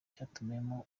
cyatumiwemo